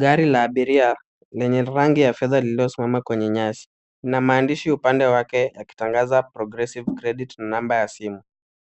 Gari la abiria lenye rangi ya fedha iliyosimama kwenye nyasi. Ina maandishi upande wake akitangaza Progressive Credit na namba ya simu.